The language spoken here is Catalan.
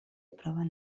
proven